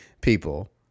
people